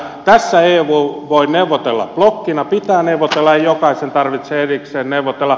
tässä eu voi neuvotella blokkina pitää neuvotella ei jokaisen tarvitse erikseen neuvotella